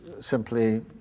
simply